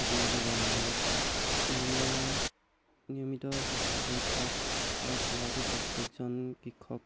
আদি দিব লাগে নিয়মীয়া নিয়মিত স্বাস্থ্য পৰীক্ষা কৰাটো প্ৰত্যেকজন কৃষক